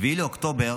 7 באוקטובר